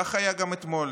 כך היה גם אתמול.